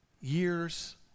years